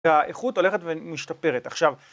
האיכות הולכת ומשתפרת. עכשיו,